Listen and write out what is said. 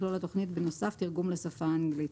תכלול התכנית בנוסף תרגום לשפה האנגלית".